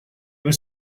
were